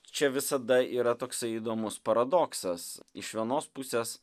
čia visada yra toksai įdomus paradoksas iš vienos pusės